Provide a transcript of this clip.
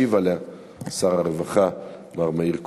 ישיב עליה שר הרווחה מר מאיר כהן.